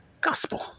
gospel